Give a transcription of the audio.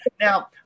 Now